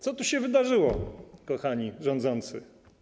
Co tu się wydarzyło, kochani rządzący?